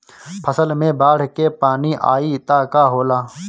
फसल मे बाढ़ के पानी आई त का होला?